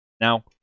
Now